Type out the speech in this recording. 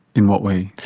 in what way?